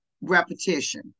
repetition